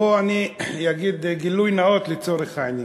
בואו אני אגיד גילוי נאות לצורך העניין: